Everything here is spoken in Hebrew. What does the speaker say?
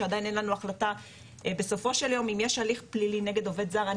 שעדיין אין לנו החלטה בסופו של יום אם יש הליך פלילי נגד עובד זר.